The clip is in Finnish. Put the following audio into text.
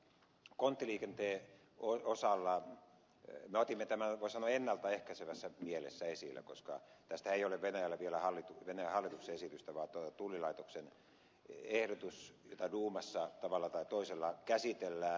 konttiliikenteen osalta me otimme tämän voi sanoa ennalta ehkäisevässä mielessä esille koska tästä ei ole venäjän hallituksen esitystä vaan tullilaitoksen ehdotus jota duumassa tavalla tai toisella käsitellään